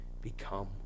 become